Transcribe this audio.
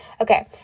Okay